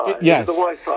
Yes